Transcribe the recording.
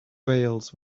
veils